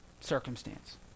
circumstance